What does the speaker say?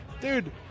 dude